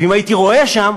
ואם הייתי רואה שם,